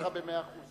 מסכים אתך במאה אחוז.